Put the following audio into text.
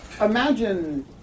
imagine